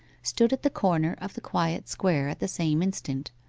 stood at the corner of the quiet square at the same instant,